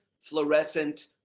fluorescent